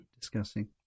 discussing